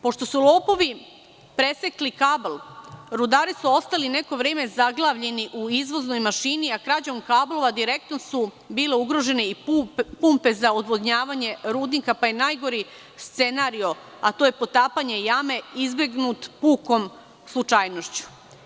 Pošto su lopovi presekli kabl, rudari su ostali neko vreme zaglavljeni u izlaznoj mašini, a krađom kablova direktno su bile ugrožene i pumpe za odvodnjavanje rudnika, pa je najgori scenario, a to je potapanje jame, izbegnut pukom slučajnošću.